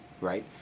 Right